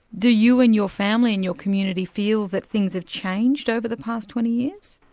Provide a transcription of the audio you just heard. do you and your family and your community feel that things have changed over the past twenty years?